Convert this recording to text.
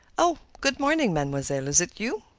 oh, good morning, mademoiselle is it you?